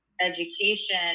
education